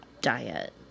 diet